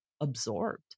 absorbed